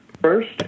First